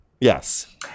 yes